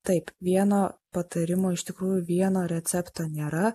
taip vieno patarimo iš tikrųjų vieno recepto nėra